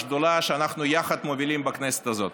השדולה שאנחנו יחד מובילים בכנסת הזאת.